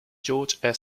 george